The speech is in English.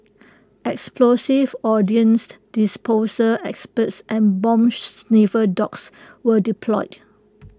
explosives ordnance disposal experts and bomb sniffer dogs were deployed